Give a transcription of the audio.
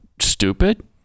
stupid